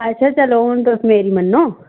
अच्छा चलो तुस हून मेरी मन्नो